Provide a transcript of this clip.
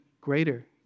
greater